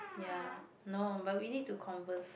ya no but we need to converse